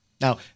Now